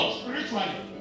spiritually